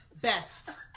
Best